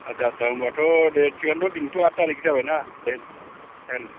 आटसा आटसा होमबाथ' दे थिगानो दिनैथ' आट थारिग जाबायना दे जागोन